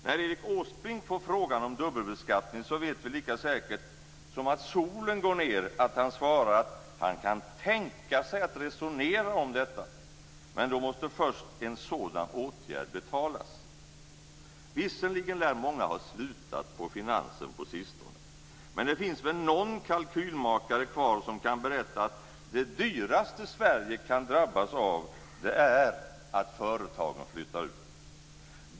När Erik Åsbrink får frågan om dubbelbeskattning, vet vi lika säkert som att solen går ned att han svarar att han kan tänka sig att resonera om detta, men då måste först en sådan åtgärd betalas. Visserligen lär många ha slutat på finansen på sistone, men det finns väl någon kalkylmakare kvar som kan berätta att det dyraste Sverige kan drabbas av är att företagen flyttar ut.